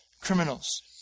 criminals